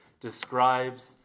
describes